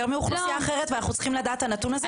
מאוכלוסייה אחרת ואנחנו צריכים לדעת את הנתון הזה?